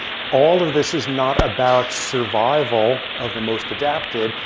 all of this is not about survival of the most adapted.